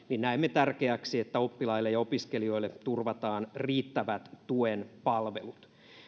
näemme tärkeäksi että oppilaille ja opiskelijoille turvataan riittävät tuen palvelut